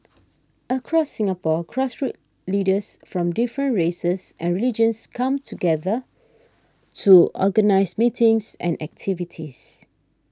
across Singapore grassroots leaders from different races and religions come together to organise meetings and activities